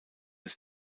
des